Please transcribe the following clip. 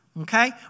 Okay